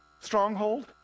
stronghold